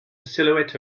silhouette